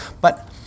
But-